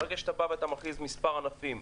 כשאתה מכריז על מספר ענפים,